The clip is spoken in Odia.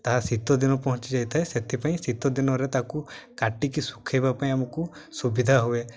ତାହା ଶୀତ ଦିନ ପହଞ୍ଚିଯାଇଥାଏ ସେଥିପାଇଁ ଶୀତ ଦିନରେ ତାହାକୁ କାଟିକି ଶୁଖାଇବା ପାଇଁ ଆମକୁ ସୁବିଧା ହୁଏ